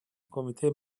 کمیته